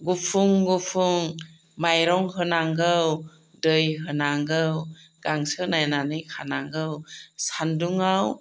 गुफुं गुफुं माइरं होनांगौ दै होनांगौ गांसो नायनानै खानांगौ सान्दुंआव